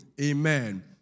Amen